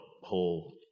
whole